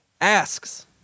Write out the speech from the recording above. asks